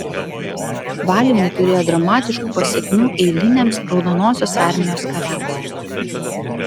valymai turėjo dramatiškų pasekmių eiliniams raudonosios armijos kariams